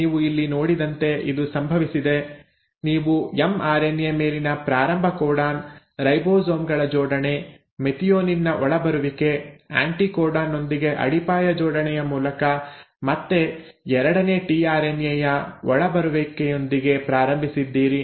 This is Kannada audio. ನೀವು ಇಲ್ಲಿ ನೋಡಿದಂತೆ ಇದು ಸಂಭವಿಸಿದೆ ನೀವು ಎಮ್ಆರ್ಎನ್ಎ ಮೇಲಿನ ಪ್ರಾರಂಭ ಕೋಡಾನ್ ರೈಬೋಸೋಮ್ ಗಳ ಜೋಡಣೆ ಮೆಥಿಯೋನಿನ್ ನ ಒಳಬರುವಿಕೆ ಆ್ಯಂಟಿಕೋಡಾನ್ ನೊಂದಿಗೆ ಅಡಿಪಾಯ ಜೋಡಣೆಯ ಮೂಲಕ ಮತ್ತೆ ಎರಡನೇ ಟಿಆರ್ಎನ್ಎ ಯ ಒಳಬರುವಿಕೆಯೊಂದಿಗೆ ಪ್ರಾರಂಭಿಸಿದ್ದೀರಿ